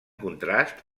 contrast